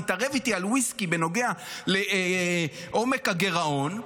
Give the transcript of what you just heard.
תתערב איתי על ויסקי בנוגע לעומק הגירעון,